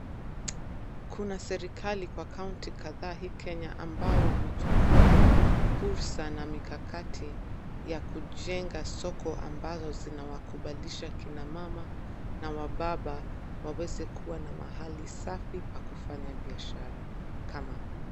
Kuna serekali kwa kaunti kadhaa hii Kenya ambao wamechukua fursa na mikakati ya kujenga soko ambazo zinawakubalisha kina mama na wababa waweze kuwa na mahali safi pa kufanya biashara kama.